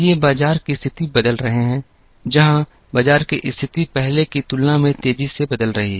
ये बाजार की स्थिति बदल रहे हैं जहां बाजार की स्थिति पहले की तुलना में तेजी से बदल रही है